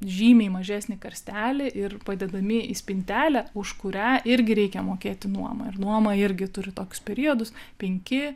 žymiai mažesnį karstelį ir padedami į spintelę už kurią irgi reikia mokėti nuomą ir nuoma irgi turi toks periodus penki